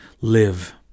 live